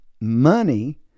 money